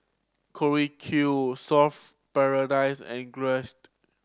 Q Surfer Paradise and